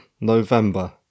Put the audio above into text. November